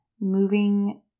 moving